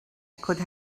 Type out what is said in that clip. could